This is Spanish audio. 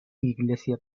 iglesia